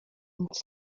nic